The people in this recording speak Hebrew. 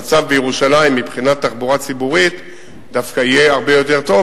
המצב בירושלים מבחינת תחבורה ציבורית דווקא יהיה הרבה יותר טוב,